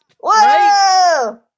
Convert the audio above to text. Whoa